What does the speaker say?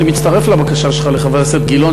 אני מצטרף לבקשה שלך לחבר הכנסת גילאון,